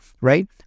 right